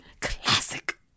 Classic